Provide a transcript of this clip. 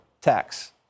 tax